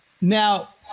Now